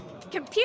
Computer